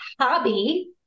hobby